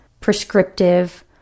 prescriptive